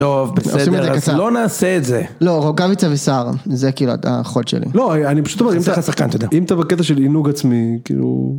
טוב, בסדר, אז לא נעשה את זה. לא, רוקאביץ' אבישר, זה כאילו החוד שלי. לא, אני פשוט אומר, אם אתה בקטע של עינוג עצמי, כאילו...